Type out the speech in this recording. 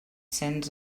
cents